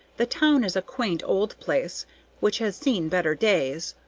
the town is a quaint old place which has seen better days.